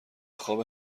خواب